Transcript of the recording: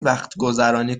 وقتگذرانی